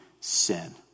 sin